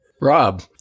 Rob